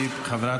חבל שעזבת.